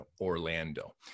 Orlando